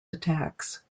attacks